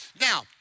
Now